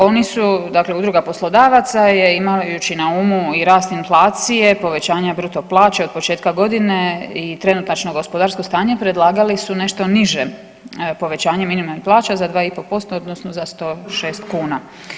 Oni su dakle Udruga poslodavaca je imajući na umu i rast inflacije, povećanja bruto plaće od početka godine i trenutačno gospodarsko stanje predlagali su nešto niže povećanje minimalnih plaća za 2,5% odnosno za 106 kuna.